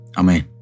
amen